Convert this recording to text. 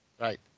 Right